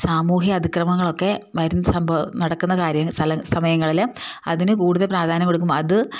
സാമൂഹ്യ അതിക്രമങ്ങളൊക്കെ വരും സംഭവം നടക്കുന്ന കാര്യം സമയങ്ങളിൽ അതിന് കൂടുതൽ പ്രാധാന്യം കൊടുക്കുമ്പം അത്